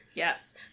Yes